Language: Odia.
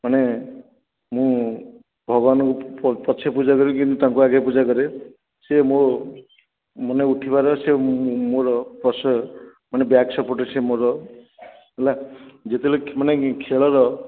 ମାନେ ମୁଁ ଭଗବାନଙ୍କୁ ପଛେ ପୂଜା କରେ କିନ୍ତୁ ତାଙ୍କୁ ଆଗେ ପୂଜା କରେ ସେ ମୋ ମାନେ ଉଠିବାର ସେ ମୋର ପ୍ରଶ୍ରୟ ମାନେ ବ୍ୟାକ୍ ସପୋର୍ଟର୍ ସେ ମୋର ହେଲା ଯେତେବେଳେ ମାନେ ଖେଳର